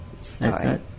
Sorry